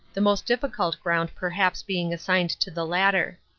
the most difficult ground perhaps being assigned to the latter.